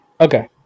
Okay